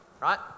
right